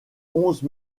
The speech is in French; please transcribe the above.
onze